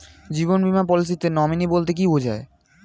জীবন বীমা পলিসিতে নমিনি বলতে কি বুঝায়?